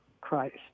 Christ